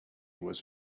was